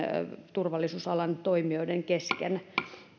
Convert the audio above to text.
turvallisuusalan toimijoiden kesken